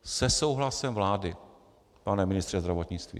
Se souhlasem vlády, pane ministře zdravotnictví.